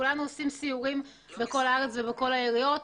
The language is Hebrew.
כולנו עושים סיורים בכל הארץ ובכל העיריות.